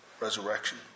resurrection